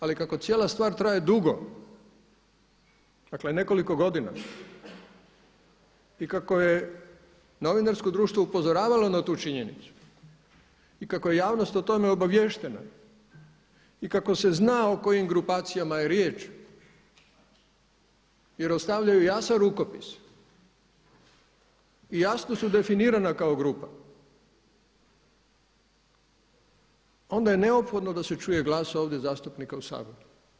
Ali kako cijela stvar traje dugo, dakle nekoliko godina, i kako je novinarsko društvo upozoravalo na tu činjenicu i kako je javnost o tome obaviještena i kako se zna o kojim grupacijama je riječ jer ostavljaju jasan rukopis i jasno su definirana kao grupa onda je neophodno da se čuje glas ovdje zastupnika u Saboru.